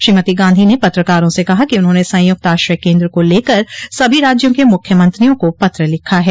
श्रीमती गांधी ने पत्रकारों से कहा कि उन्होंने संयुक्त आश्रय केन्द्र को लेकर सभी राज्यों के मुख्यमंत्रियों को पत्र लिखा है